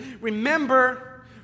Remember